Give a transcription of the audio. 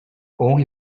only